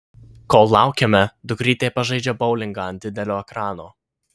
kol laukiame dukrytė pažaidžia boulingą ant didelio ekrano